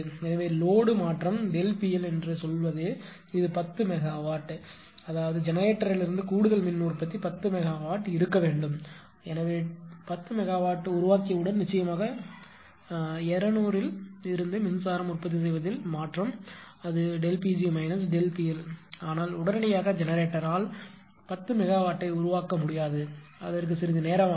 எனவே லோடு மாற்றம் PL என்று சொல்வது இது 10 மெகாவாட் எனவே அதாவது ஜெனரேட்டரிலிருந்து கூடுதல் மின் உற்பத்தி 10 மெகாவாட் இருக்க வேண்டும் எனவே 10 மெகாவாட் உருவாக்கியவுடன் நிச்சயமாக 200 இல் இருந்து மின்சாரம் உற்பத்தி செய்வதில் மாற்றம் அது Pg ΔPL ஆனால் உடனடியாக ஜெனரேட்டரால் 10 மெகாவாட்டை உருவாக்க முடியாது அதற்கு சிறிது நேரம் ஆகும்